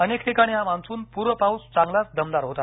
अनेक ठिकाणी हा मान्सून पूर्व पाऊस चांगलाच दमदार होता